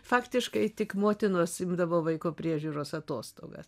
faktiškai tik motinos imdavo vaiko priežiūros atostogas